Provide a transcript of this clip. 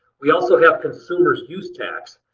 we also have consumer's use tax.